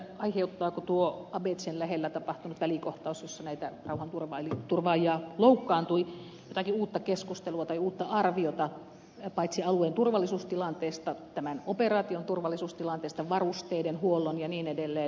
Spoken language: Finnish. aiheuttaako tuo abechen lähellä tapahtunut välikohtaus jossa näitä rauhanturvaajia loukkaantui jotakin uutta keskustelua tai uutta arviota paitsi alueen turvallisuustilanteesta myös tämän operaation turvallisuustilanteesta varusteiden huollon ja niin edelleen